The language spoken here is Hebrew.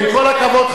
עם כל הכבוד,